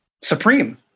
Supreme